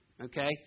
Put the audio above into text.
okay